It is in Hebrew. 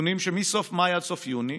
נתונים מסוף מאי עד סוף יוני,